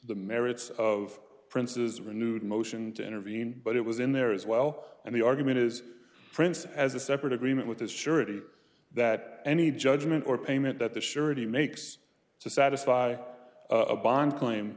the merits of princes renewed motion to intervene but it was in there as well and the argument is france as a separate agreement with the surety that any judgment or payment that the surety makes to satisfy a bond claim